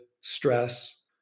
stress